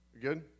good